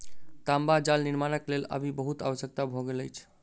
तांबा जाल निर्माणक लेल आबि बहुत आवश्यक भ गेल अछि